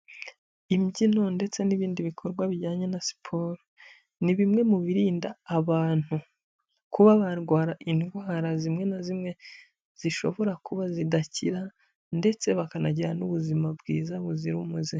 Imbyino ndetse n'ibindi bikorwa bijyanye na siporo, ni bimwe mu birinda abantu kuba barwara indwara zimwe na zimwe zishobora kuba zidakira ndetse bakaganira n'ubuzima bwiza buzira umuze.